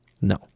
No